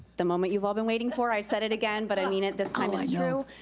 the moment you've all been waiting for. i've said it again, but i mean it this time, it's true.